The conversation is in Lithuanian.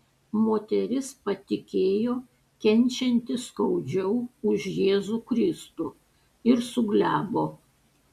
moteris patikėjo kenčianti skaudžiau už jėzų kristų ir suglebo